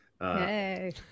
Hey